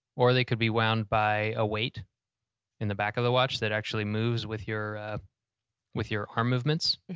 or they can be wound by a weight in the back of the watch that actually moves with your ah with your arm movements.